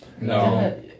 No